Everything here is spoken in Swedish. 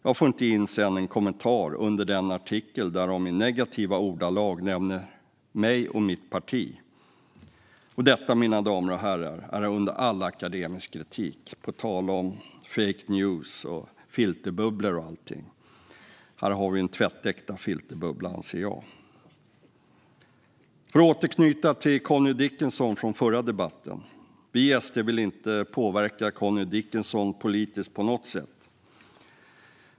Jag får inte ens in en kommentar under den artikel där de i negativa ordalag nämner mig och mitt parti. Och detta, mina damer och herrar, är under all akademisk kritik! På tal om fake news och filterbubblor: Här har vi en tvättäkta filterbubbla, anser jag. Låt mig återknyta till detta med Connie Dickinson från förra debatten. Vi i SD vill inte påverka Connie Dickinson politiskt på något sätt.